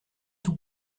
tout